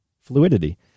Fluidity